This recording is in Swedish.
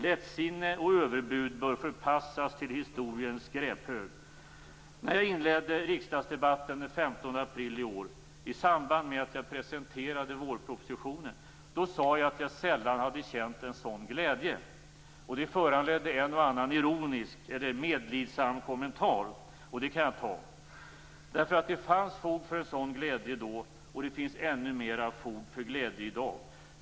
Lättsinne och överbud bör förpassas till historiens skräphög. När jag inledde riksdagsdebatten den 15 april i år i samband med att jag presenterade vårpropositionen sade jag att jag sällan hade känt en sådan glädje. Det föranledde en och annan ironisk eller medlidsam kommentar, och det kan jag ta. Det fanns fog för en sådan glädje då, och det finns ännu mera fog för glädje i dag.